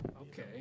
okay